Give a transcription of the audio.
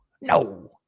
no